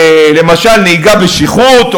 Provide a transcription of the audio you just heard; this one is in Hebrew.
למשל נהיגה בשכרות,